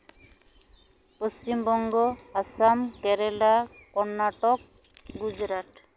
Paschim Banga Assam Kerala Karnataka Gujarat